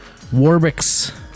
Warbix